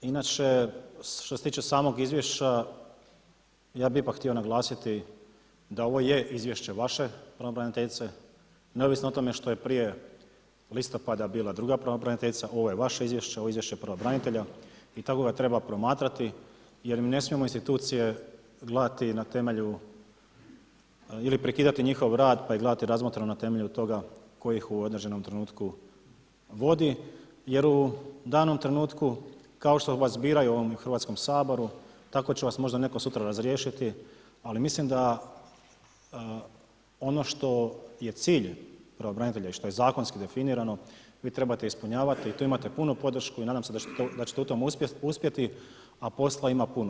Inače, što se tiče samog izvješća, ja bih ipak htio naglasiti da je ovo izvješće vaše pravobraniteljice, neovisno o tome što je prije listopada bila druga pravobraniteljica, ovo je vaše izvješće, ovo je izvješće pravobranitelja i tako ga treba promatrati jer mi ne smijemo institucije gledati na temelju ili prekidati njihov rad pa ih gledati ... na temelju toga tko ih u određenom trenutku vodi jer u danom trenutku, kao što vas biraju u Hrvatskom saboru tako će vas možda netko sutra razriješiti, ali mislim da ono što je cilj pravobranitelja i što je zakonski definirano, vi trebate ispunjavati i tu imate punu podršku i nadam se da ćete u tome uspjeti, a posla ima puno.